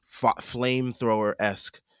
flamethrower-esque